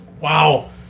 Wow